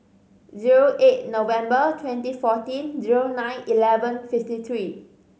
zero eight November twenty fourteen zero nine eleven fifty three